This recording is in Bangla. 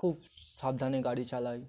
খুব সাবধানে গাড়ি চালাই